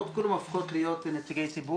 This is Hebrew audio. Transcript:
דברים שנפתרים באותה שיחת טלפון אנחנו אפילו לא מציינים